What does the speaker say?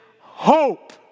hope